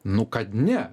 nu kad ne